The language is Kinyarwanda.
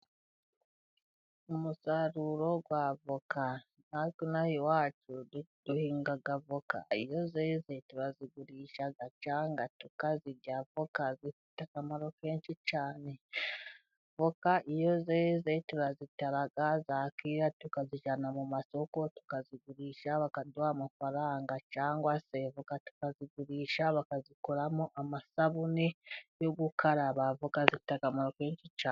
Umusaruro w'avoka natwe ino aha iwacu duhinga avoka iyo zeze tuzigurisha cyangwa tukazirya, voka zifite akamaro kenshi cyane, voka iyo zeze turazitara zakwera tukazijyana mu masoko tukazigurisha bakaduha amafaranga, cyangwa se voka tukazigurisha bakazikoramo amasabune yo gukaraba, voka zifite akamaro kenshi cyane.